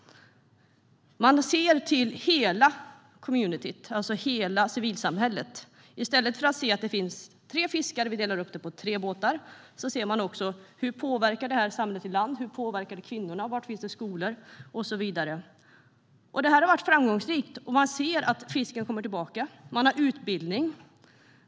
Man ser till hela communityn, alltså hela civilsamhället. I stället för att se att det finns tre fiskare som delas upp på tre båtar ser man också till hur det påverkar samhället i land, hur det påverkar kvinnorna, var det finns skolor och så vidare. Det här har varit framgångsrikt. Man ser att fisken kommer tillbaka. Man har även utbildning.